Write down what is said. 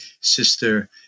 Sister